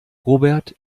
robert